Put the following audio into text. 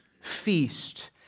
feast